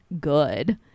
good